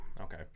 Okay